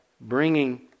bringing